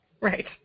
Right